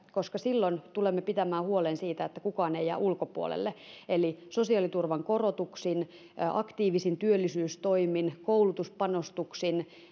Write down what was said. koska silloin tulemme pitämään huolen siitä että kukaan ei jää ulkopuolelle eli sosiaaliturvan korotuksin aktiivisin työllisyystoimin koulutuspanostuksin